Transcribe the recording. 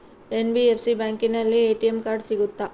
NBFC ಬ್ಯಾಂಕಿನಲ್ಲಿ ATM card ಸಿಗುತ್ತಾ?